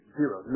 zero